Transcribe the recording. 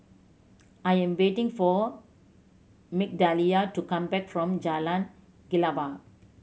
I am waiting for Migdalia to come back from Jalan Kelawar